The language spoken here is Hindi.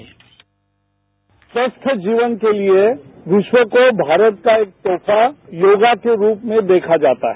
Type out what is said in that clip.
बाईट स्वस्थ जीवन के लिए विश्व को भारत का एक तोहफा योगा के रूप में देखा जाता है